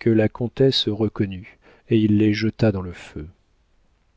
que la comtesse reconnut et il les jeta dans le feu